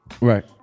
right